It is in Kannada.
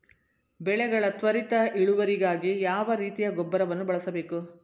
ಬೆಳೆಗಳ ತ್ವರಿತ ಇಳುವರಿಗಾಗಿ ಯಾವ ರೀತಿಯ ಗೊಬ್ಬರವನ್ನು ಬಳಸಬೇಕು?